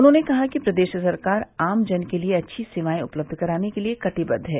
उन्होंने कहा कि प्रदेश सरकार आम जन के लिये अच्छी सेवायें उपलब्ध कराने के लिये कटिबद्व है